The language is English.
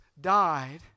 died